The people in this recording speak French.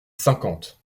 cinquante